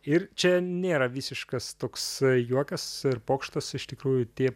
ir čia nėra visiškas toks juokas ir pokštas iš tikrųjų tie